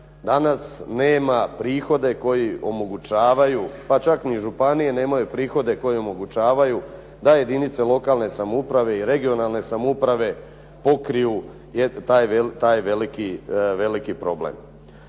danas nema prihode koji omogućavaju, pa čak ni županije nemaju prihode koji omogućavaju da jedinice lokalne samouprave i regionalne samouprave pokriju taj veliki problem.